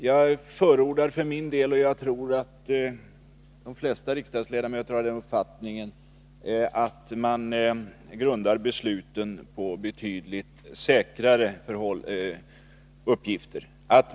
Jag förordar för min del — och jag tror att de flesta riksdagsledamöter har den uppfattningen — att man grundar besluten på betydligt säkrare underlag.